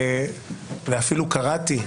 ואפילו קראתי,